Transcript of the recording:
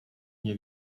nie